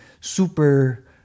super